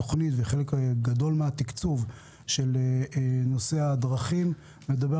חלק מהתכנית וחלק גדול מהתקצוב של נושא הדרכים מדבר